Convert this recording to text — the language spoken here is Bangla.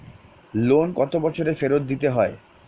লোন কত বছরে ফেরত দিতে হয়?